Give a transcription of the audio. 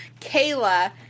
Kayla